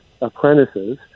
apprentices